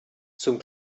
zum